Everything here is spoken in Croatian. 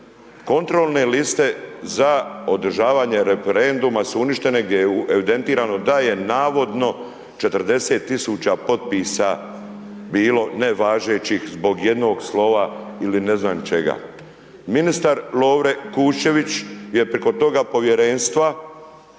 Kontrolne liste za održavanje referenduma su uništene gdje evidentirano da je navodno 40 000 potpisa bilo nevažećih zbog jednog slova ili ne znam čega.